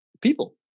people